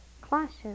clashes